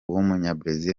w’umunyabrezil